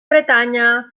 bretanya